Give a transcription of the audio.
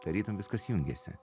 tarytum viskas jungiasi